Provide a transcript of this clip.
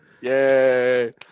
Yay